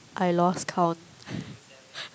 I lost count